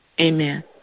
Amen